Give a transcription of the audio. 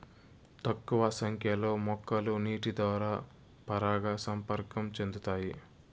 తక్కువ సంఖ్య లో మొక్కలు నీటి ద్వారా పరాగ సంపర్కం చెందుతాయి